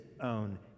own